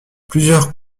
plusieurs